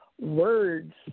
words